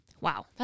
Wow